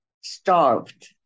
starved